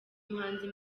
umuhanzi